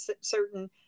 certain